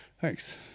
Thanks